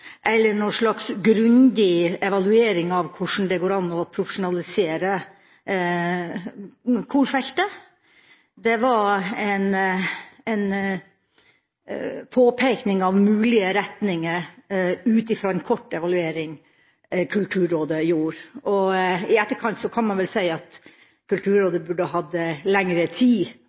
eller noen grundig evaluering av hvordan det går an å profesjonalisere korfeltet, det var en påpekning av mulige retninger ut fra en kort evaluering Kulturrådet gjorde. I etterkant kan man vel si at Kulturrådet burde hatt lengre tid